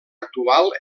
actual